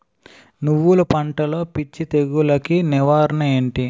నువ్వులు పంటలో పిచ్చి తెగులకి నివారణ ఏంటి?